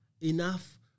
Enough